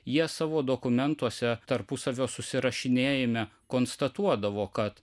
jie savo dokumentuose tarpusavio susirašinėjime konstatuodavo kad